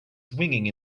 swinging